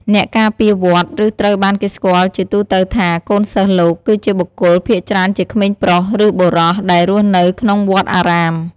អ្នកការពារវត្ត ឬត្រូវបានគេស្គាល់ជាទូទៅថា កូនសិស្សលោក គឺជាបុគ្គល ភាគច្រើនជាក្មេងប្រុស ឬបុរស ដែលរស់នៅក្នុងវត្តអារាម។